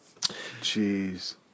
Jeez